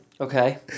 Okay